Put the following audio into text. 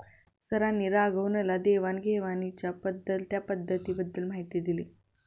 सरांनी राघवनला देवाण घेवाणीच्या बदलत्या पद्धतींबद्दल माहिती दिली